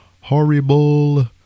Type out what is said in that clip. Horrible